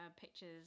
pictures